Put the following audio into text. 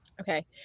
Okay